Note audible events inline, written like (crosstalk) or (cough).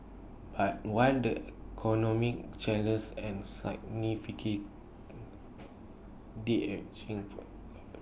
but while the economic challenges and significant (noise) the ageing for